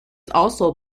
also